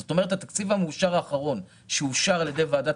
זאת אומרת התקציב המאושר האחרון שאושר על ידי ועדת